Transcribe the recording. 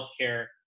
healthcare